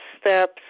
steps